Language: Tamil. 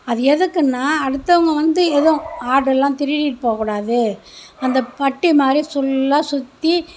அது எதுக்குன்னா அடுத்தவங்க வந்து எதுவும் ஆடு எல்லாம் திருடிகிட்டு போக கூடாது அந்த பட்டி மாதிரி ஃபுல்லாக சுற்றி